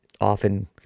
often